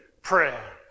prayer